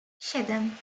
siedem